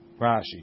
Rashi